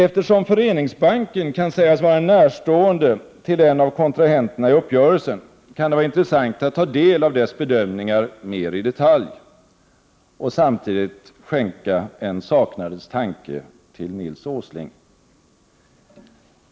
Eftersom Föreningsbanken kan sägas vara närstående till en av kontrahenterna i uppgörelsen, kan det vara intressant att ta del av dess bedömningar mera i detalj och samtidigt skänka en saknadens tanke till Nils Åsling.